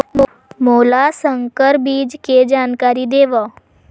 मोला संकर बीज के जानकारी देवो?